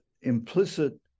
implicit